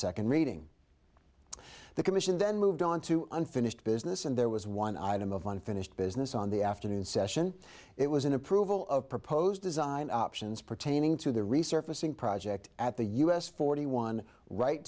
second reading the commission then moved on to unfinished business and there was one item of unfinished business on the afternoon session it was an approval of proposed design options pertaining to the resurfacing project at the us forty one right